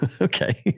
okay